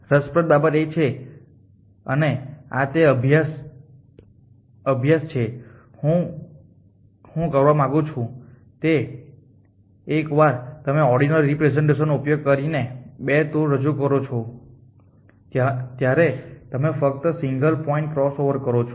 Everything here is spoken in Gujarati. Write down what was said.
રસપ્રદ બાબત એ છે અને આ તે અભ્યાસ છે જે હું કરવા માંગુ છું તે તે છે કે એકવાર તમે ઓર્ડિનલ રિપ્રેસેંટેશનનો ઉપયોગ કરીને બે ટૂર રજૂ કરો છો ત્યારે તમે ફક્ત સિંગલ પોઇન્ટ ક્રોસઓવર કરો છો